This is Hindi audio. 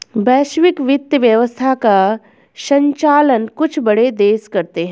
वैश्विक वित्त व्यवस्था का सञ्चालन कुछ बड़े देश करते हैं